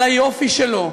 על היופי שלו,